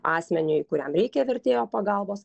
asmeniui kuriam reikia vertėjo pagalbos